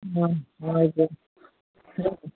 हजुर